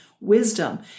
wisdom